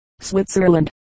Switzerland